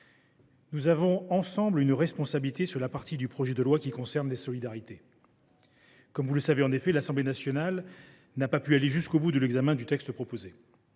nous avons ensemble une responsabilité sur la partie du PLFSS qui concerne les solidarités. Comme vous le savez, l’Assemblée nationale n’a pu aller jusqu’au bout de l’examen du texte proposé.